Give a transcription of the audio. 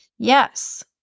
Yes